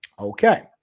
Okay